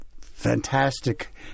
fantastic